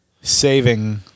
saving